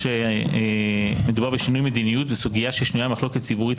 ומאחר שמדובר בשינוי מדיניות בסוגיה ששנויה במחלוקת ציבורית